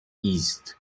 east